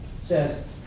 says